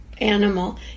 animal